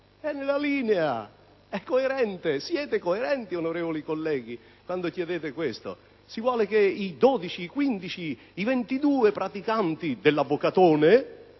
È nella vostra linea: siete coerenti, onorevoli colleghi, quando chiedete questo. Si vuole che i 12, i 15, i 22 praticanti dell'avvocatone